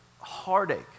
Heartache